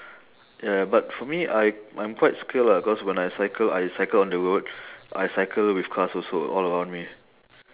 ya ya but for me I I'm quite secure lah cause when I cycle I cycle on the road I cycle with cars also all around me